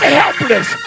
helpless